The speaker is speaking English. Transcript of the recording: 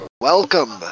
Welcome